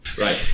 Right